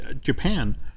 Japan